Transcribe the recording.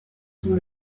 sont